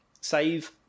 Save